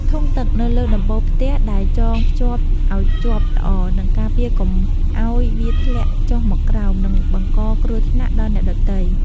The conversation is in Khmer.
ធុងទឹកនៅលើដំបូលផ្ទះដែលចងភ្ជាប់ឱ្យជាប់ល្អនឹងការពារកុំឱ្យវាធ្លាក់ចុះមកក្រោម និងបង្កគ្រោះថ្នាក់ដល់អ្នកដទៃ។